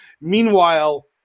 Meanwhile